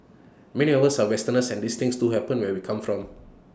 many of us are Westerners and these things do happen where we come from